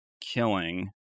killing